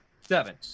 seven